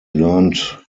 learned